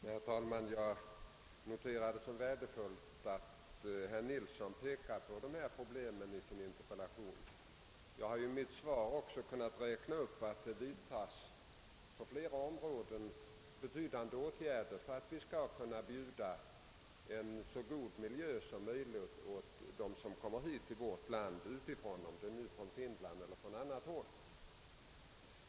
Herr talman! Jag noterar det som värdefullt att herr Nilsson i Tvärålund i sin interpellation tagit upp dessa problem. I mitt svar har jag också räknat upp betydande åtgärder som vidtas på flera områden i syfte att erbjuda en så god miljö som möjligt för dem som kommer till vårt land, oavsett om det gäller invandrare från Finland eller annat håll.